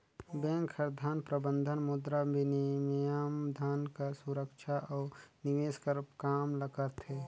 bank हर धन प्रबंधन, मुद्राबिनिमय, धन कर सुरक्छा अउ निवेस कर काम ल करथे